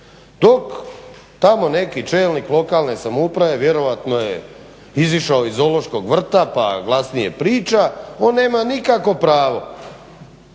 dok tamo neki čelnik lokalne samouprave vjerojatno je izišao iz zoološkog vrta pa glasnije priča, on nema nikako pravo,